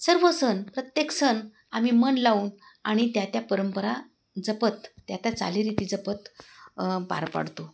सर्व सण प्रत्येक सण आम्ही मन लावून आणि त्या त्या परंपरा जपत त्या त्या चालीरीती जपत पार पाडतो